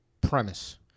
premise